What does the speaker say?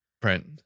Print